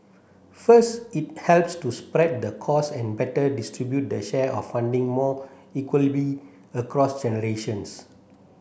first it helps to spread the cost and better distribute the share of funding more equitably across generations